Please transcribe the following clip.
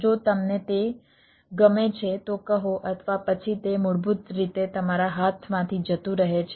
જો તમને તે ગમે છે તો કહો અથવા પછી તે મૂળભૂત રીતે તમારા હાથમાંથી જતું રહે છે